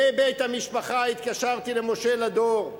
מבית המשפחה התקשרתי למשה לדור,